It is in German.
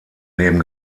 neben